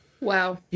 Wow